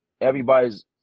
everybody's –